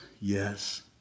Yes